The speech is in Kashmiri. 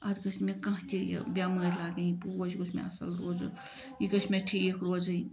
اَتھ گَژھِ نہٕ مےٚ کانہہ تہِ یہِ بیٚمٲرۍ لَگٕنۍ پوش گوٚژھ مےٚ اصل روزُن یہِ گوٚژھ مےٚ ٹھیٖک روزُن